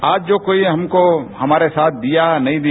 आज जो कोई हमको हमारा साथ दिया या नहीं दिया